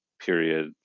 Period